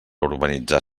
urbanitzar